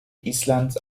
islands